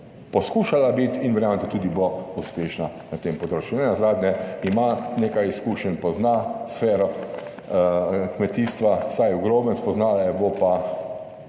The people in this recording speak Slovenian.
poskušala biti in verjamem, da tudi bo uspešna na tem področju. Nenazadnje ima nekaj izkušenj, pozna sfero kmetijstva, vsaj v grobem, spoznala jo bo